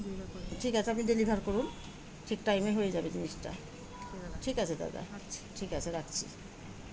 ঠিক আছে আপনি ডেলিভার করুন ঠিক টাইমে হয়ে যাবে জিনিসটা ঠিক আছে দাদা ঠিক আছে রাখছি